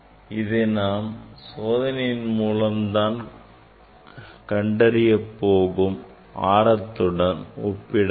இதை நாம் சோதனை மூலம் கண்டறிய போகும் ஆரத்துடன் ஒப்பிடலாம்